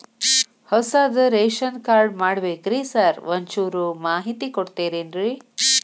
ಹೊಸದ್ ration card ಮಾಡ್ಬೇಕ್ರಿ sir ಒಂಚೂರ್ ಮಾಹಿತಿ ಕೊಡ್ತೇರೆನ್ರಿ?